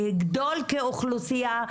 לגדול כאוכלוסייה,